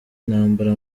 intambara